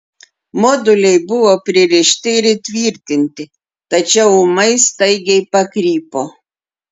moduliai buvo pririšti ir įtvirtinti tačiau ūmai staigiai pakrypo